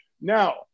Now